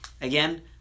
again